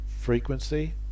frequency